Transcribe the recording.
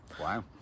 Wow